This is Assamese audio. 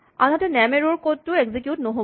আনহাতে নেম এৰ'ৰ কড টো এক্সিকিউট নহ'ব